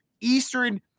Eastern